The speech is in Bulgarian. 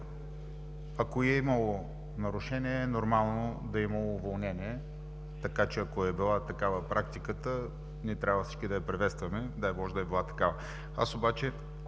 Ако е имало нарушение, е нормално да е имало уволнение. Така че, ако е била такава практиката, ние всички трябва да я приветстваме. Дай Боже, да е била такава. Аз обаче